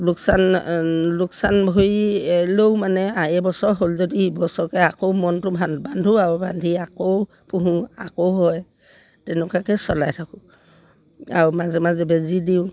লোকচান লোকচান ভৰিলেও মানে এইবছৰ হ'ল যদি এইবছৰকৈ আকৌ মনটো বান্ধো আৰু বান্ধি আকৌ পুহোঁ আকৌ হয় তেনেকুৱাকৈ চলাই থাকোঁ আৰু মাজে মাজে বেজী দিওঁ